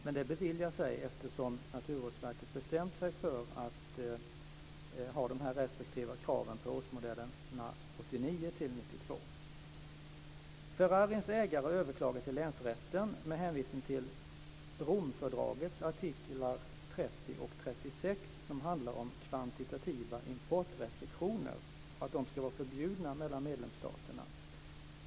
Men det beviljas ej eftersom Naturvårdsverket bestämt sig för att ha de här restriktiva kraven på årsmodellerna 1989-1992. Ferrarins ägare överklagar till länsrätten med hänvisning till Romfördragets artiklar 30 och 36 som handlar om att kvantitativa importrestriktioner ska vara förbjudna mellan medlemsstaterna.